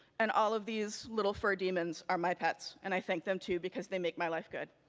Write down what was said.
and all of these little fur demons are my pets and i thank them, too, because they make my life good.